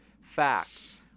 facts